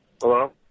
Hello